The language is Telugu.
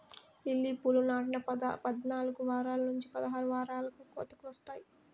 లిల్లీ పూలు నాటిన పద్నాలుకు వారాల నుంచి పదహారు వారాలకు కోతకు వస్తాయి